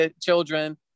children